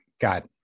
got